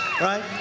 right